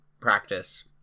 practice